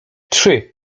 trzy